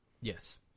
Yes